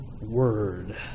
word